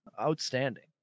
Outstanding